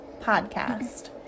podcast